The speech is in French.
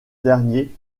dernier